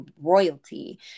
royalty